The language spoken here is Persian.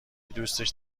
دوستش